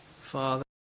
Father